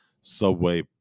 subway